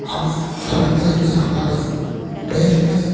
हम समझते हैं कि हमारे देश में